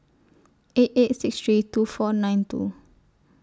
eight eight six three two four nine two